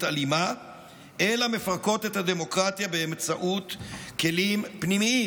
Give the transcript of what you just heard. אלימה אלא מפרקות את הדמוקרטיה באמצעות כלים פנימיים,